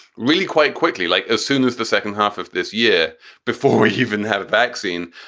really quite quickly, like as soon as the second half of this year before we even have a vaccine.